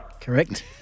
Correct